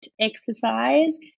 exercise